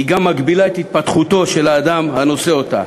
היא גם מגבילה את התפתחותו של האדם הנושא אותה,